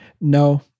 No